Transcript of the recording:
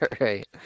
right